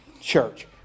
church